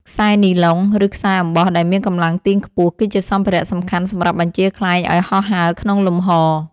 ខ្សែនីឡុង ឬខ្សែអំបោះដែលមានកម្លាំងទាញខ្ពស់ គឺជាសម្ភារៈសំខាន់សម្រាប់បញ្ជាខ្លែងឱ្យហោះហើរក្នុងលំហ។